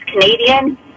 Canadian